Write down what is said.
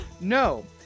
no